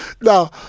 No